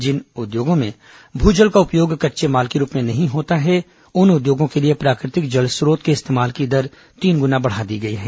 जिन उद्यागों में भू जल का उपयोग कच्चे माल के रूप में नहीं होता है उन उद्योगों के लिए प्राकृतिक जल स्रोत के इस्तेमाल की दर तीन गुना बढ़ा दी गई है